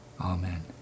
Amen